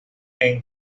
and